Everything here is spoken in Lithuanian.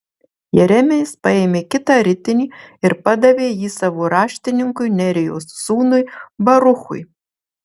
jeremijas paėmė kitą ritinį ir padavė jį savo raštininkui nerijos sūnui baruchui